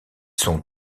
sont